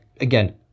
Again